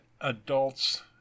adults